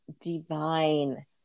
divine